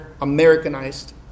Americanized